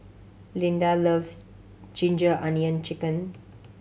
Lyda loves ginger onion chicken